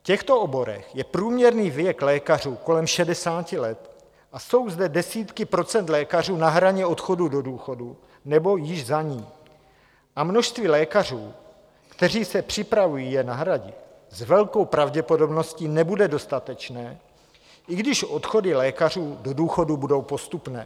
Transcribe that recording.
V těchto oborech je průměrný věk lékařů kolem šedesáti let a jsou zde desítky procent lékařů na hraně odchodu do důchodu nebo již za ní a množství lékařů, kteří se připravují je nahradit, s velkou pravděpodobností nebude dostatečné, i když odchody lékařů do důchodu budou postupné.